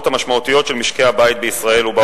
המשמעותיות של משקי הבית בישראל ובעולם כולו.